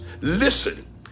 listen